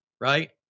Right